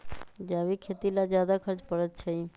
जैविक खेती ला ज्यादा खर्च पड़छई?